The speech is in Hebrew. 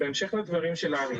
בסקירה,